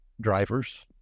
drivers